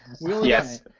Yes